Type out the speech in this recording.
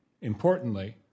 Importantly